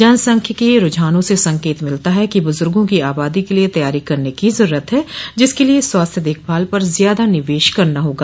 जनसांख्यिकीय रूझानों से संकेत मिलता है कि बुजुर्गों की आबादी के लिए तैयारी करने की जरूरत है जिसके लिए स्वास्थ्य देखभाल पर ज्यादा निवेश करना होगा